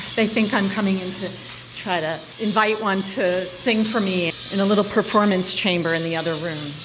they think i'm coming in to try to invite one to sing for me in a little performance chamber in the other room.